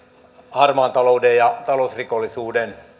harmaan talouden ja talousrikollisuuden